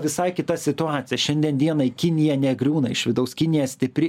visai kita situacija šiandien dienai kinija negriūna iš vidaus kinija stipri